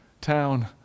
town